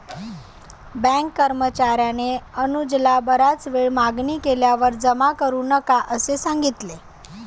bank कर्मचार्याने अनुजला बराच वेळ मागणी केल्यावर जमा करू नका असे सांगितले